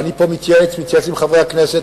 ואני פה מתייעץ עם חברי הכנסת,